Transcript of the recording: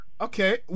Okay